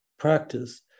practice